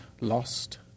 Lost